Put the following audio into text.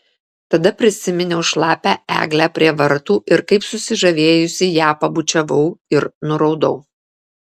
tada prisiminiau šlapią eglę prie vartų ir kaip susižavėjusi ją pabučiavau ir nuraudau